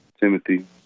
Timothy